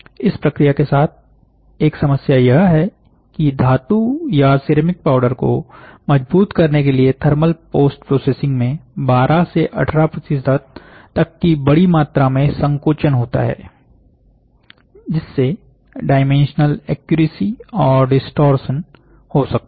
इस प्रक्रिया के साथ एक समस्या यह है कि धातु या सिरेमिक पाउडर को मजबूत करने के लिए थर्मल पोस्ट प्रोसेसिंग में 12 से 18 तक की बड़ी मात्रा में संकोचन होता है जिससे डायमेंशनल इनएक्युरेसी और डिस्टॉरशन हो सकता है